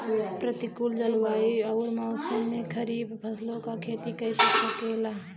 प्रतिकूल जलवायु अउर मौसम में खरीफ फसलों क खेती कइसे हो सकेला?